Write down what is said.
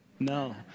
No